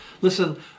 Listen